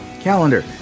Calendar